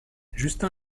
justin